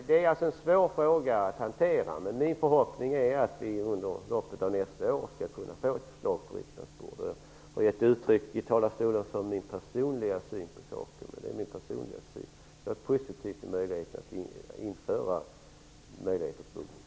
Det är alltså en fråga som är svår att hantera, men min förhoppning är att vi under loppet av nästa år skall kunna få ett förslag på riksdagens bord. Jag har i talarstolen givit uttryck för min personliga syn på saken, nämligen att jag är positiv till att införa en möjlighet till buggning.